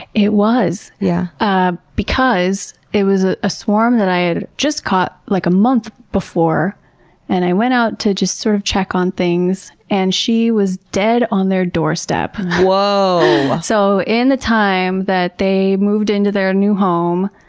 it was. yeah ah because it was ah a swarm that i had just caught like a month before and i went out to just, sort of, check on things and she was dead on their doorstep. whoooa! so in the time that they moved into their new home,